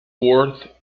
worth